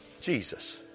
Jesus